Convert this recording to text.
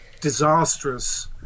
disastrous